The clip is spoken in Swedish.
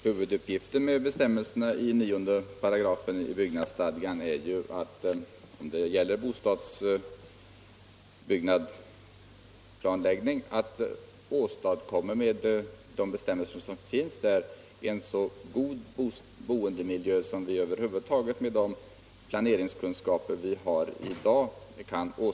Herr talman! Huvudsyftet med bestämmelserna i 9 § byggnadsstadgan är ju, när det gäller planläggning för bostadsändamål, att åstadkomma en så god boendemiljö som det över huvud taget är möjligt med de planeringskunskaper vi har i dag.